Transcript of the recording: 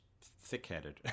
thick-headed